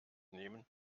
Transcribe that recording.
nehmen